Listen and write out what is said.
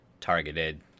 targeted